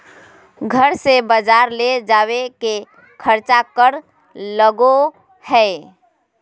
घर से बजार ले जावे के खर्चा कर लगो है?